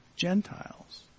Gentiles